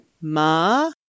Ma